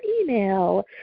email